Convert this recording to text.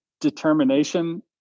determination